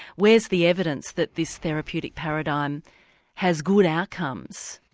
where's the evidence that this therapeutic paradigm has good outcomes?